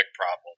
problem